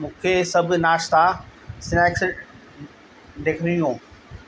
मूंखे सभु नाश्ता स्नैक्स ॾेखारियो